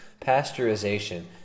pasteurization